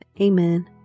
Amen